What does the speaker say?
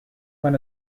when